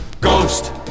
ghost